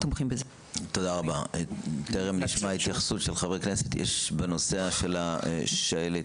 יש עוד התייחסות בנושא השעלת?